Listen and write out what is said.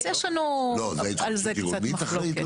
אז יש לנו על זה קצת מחלוקת.